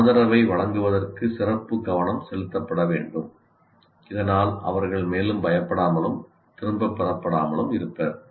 ஆதரவை வழங்குவதற்கு சிறப்பு கவனம் செலுத்தப்பட வேண்டும் இதனால் அவர்கள் மேலும் பயப்படாமலும் திரும்பப் பெறப்படாமலும் இருப்பர்